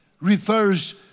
refers